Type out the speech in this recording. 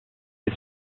est